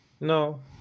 No